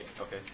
Okay